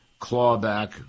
clawback